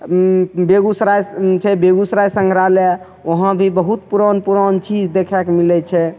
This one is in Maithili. बेगुसरायमे छै बेगुसराय संग्रहालय ओहाँ भी बहुत पुरान पुरान चीज देखेके मिलै छै